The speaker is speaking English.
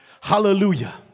Hallelujah